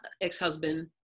ex-husband